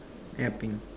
ya pink